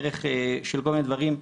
ערך של כל מיני דברים,